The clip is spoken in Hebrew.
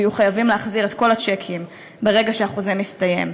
ויהיו חייבים להחזיר את כל הצ'קים ברגע שהחוזה מסתיים.